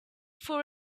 for